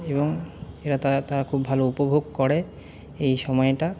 এবং এরা তারা তারা খুব ভালো উপভোগ করে এই সময়টা